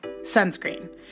Sunscreen